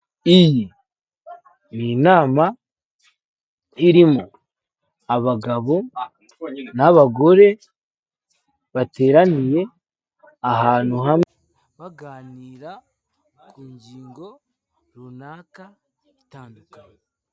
Iyi ni inama irimo abagabo n'abagore bateraniye ahantu hamwe baganira ku ngingo runaka itandukanye.